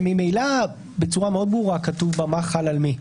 כאשר ממילא בצורה ברורה מאוד כתוב בה מה חל על מי.